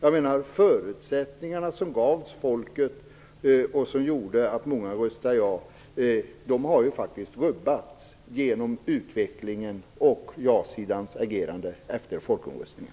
De förutsättningar som folket förespeglades och som gjorde att många röstade ja har alltså rubbats genom utvecklingen och ja-sidans agerande efter folkomröstningen.